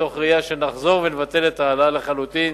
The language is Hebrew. מתוך ראייה שנחזור ונבטל את ההעלאה לחלוטין,